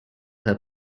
her